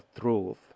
truth